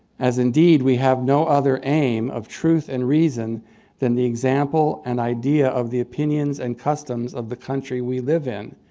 as, indeed, we have no other aim of truth and reason than the example and idea of the opinions and customs of the country we live in,